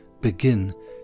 begin